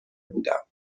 بودم